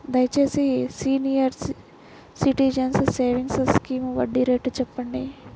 దయచేసి senior citizens savings scheme వడ్డీ రేటు చెప్పండి